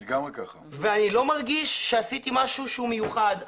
אני לא מרגיש שעשיתי משהו מיוחד,